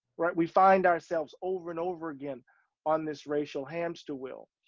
right? we find ourselves over and over again on this racial hamster wheel.